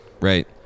right